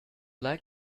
like